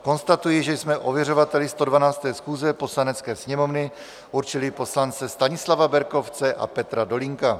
Konstatuji, že jsme ověřovateli 112. schůze Poslanecké sněmovny určili poslance Stanislava Berkovce a Petra Dolínka.